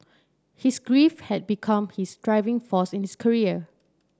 his grief had become his driving force in his career